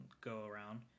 go-around